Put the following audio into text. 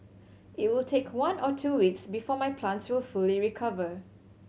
it will take one or two weeks before my plants will fully recover